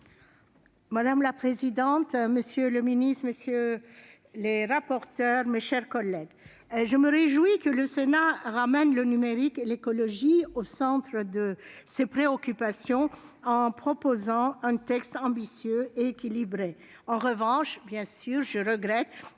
Madame la présidente, monsieur le secrétaire d'État, mes chers collègues, je me réjouis que le Sénat replace le numérique et l'écologie au centre de ses préoccupations, en proposant un texte ambitieux et équilibré. En revanche, je regrette